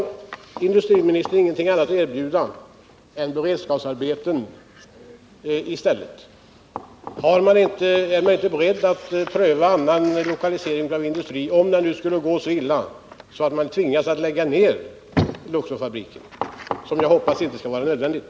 Ärindustriministern beredd att medverka till att en sådan utredning och planering kommer till stånd snarast för att möjliggöra riktiga delbeslut inom bolaget, anpassade till en total strukturplan för den svenska skogsindustrin?